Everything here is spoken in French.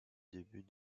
début